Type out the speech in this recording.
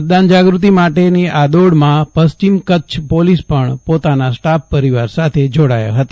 મતદાન જાગૃતિ માટેની આ દોડમાં પશ્ચિમ કચ્છ પોલીસ પણ પોતાના સ્ટાફ પરિવાર સાથે જોડા યા ફતા